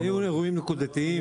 היו אירועים נקודתיים.